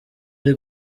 ari